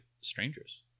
strangers